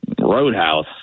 Roadhouse